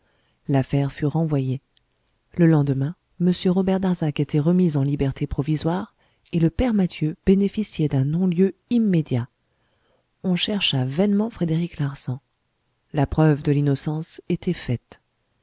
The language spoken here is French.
l'affaire fut renvoyée le lendemain m robert darzac était remis en liberté provisoire et le père mathieu bénéficiait d'un non-lieu immédiat on chercha vainement frédéric larsan la preuve de l'innocence était faite